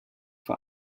vor